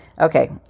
Okay